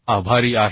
आभारी आहे